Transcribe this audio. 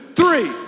three